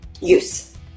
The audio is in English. use